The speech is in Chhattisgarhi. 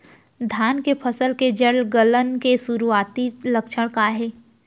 धान के फसल के जड़ गलन के शुरुआती लक्षण का हे?